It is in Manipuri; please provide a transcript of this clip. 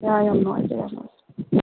ꯑꯥ ꯌꯥꯝ ꯅꯨꯡꯉꯥꯏꯖꯔꯦ ꯌꯥꯝ ꯅꯨꯡꯉꯥꯏꯖꯔꯦ